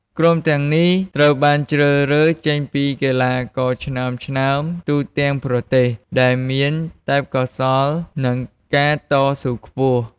ក្រុមទាំងនេះត្រូវបានជ្រើសរើសចេញពីកីឡាករឆ្នើមៗទូទាំងប្រទេស ដែលមានទេពកោសល្យ និងការតស៊ូខ្ពស់។